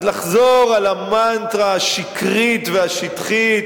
אז לחזור על המנטרה השקרית והשטחית